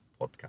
podcast